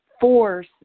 force